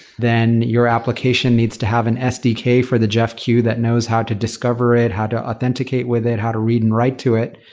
then your application needs to have an sdk for the jeff queue that knows how to discover it. how to authenticate with it? how to read and write to it?